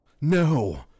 No